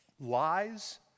lies